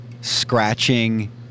scratching